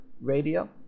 Radio